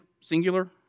singular